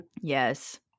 yes